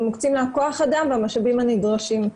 ומוקצים לה הכוח אדם והמשאבים הנדרשים.